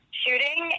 shooting